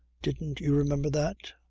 didn't you remember that?